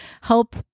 help